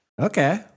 Okay